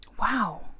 Wow